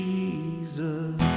Jesus